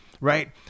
right